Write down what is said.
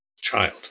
child